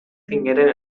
tingueren